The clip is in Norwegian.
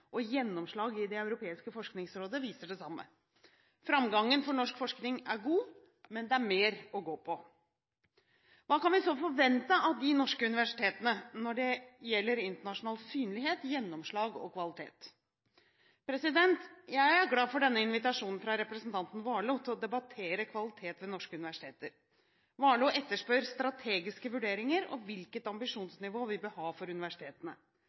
og gjennomslag i det Europeiske forskningsrådet, viser det samme. Framgangen for norsk forskning er god, men det er mer å gå på. Hva kan vi så forvente av de norske universitetene når det gjelder internasjonal synlighet, gjennomslag og kvalitet? Jeg er glad for denne invitasjonen fra representanten Warloe til å debattere kvalitet ved norske universiteter. Warloe etterspør strategiske vurderinger av hvilket ambisjonsnivå vi bør ha for universitetene.